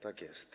Tak jest.